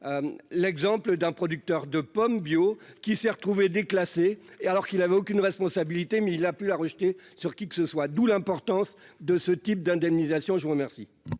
l'exemple d'un producteur de pommes bio qui s'est retrouvé déclassé et alors qu'il avait aucune responsabilité, mais il a pu, a rejeté sur qui que ce soit, d'où l'importance de ce type d'indemnisation, je vous remercie.